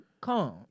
Come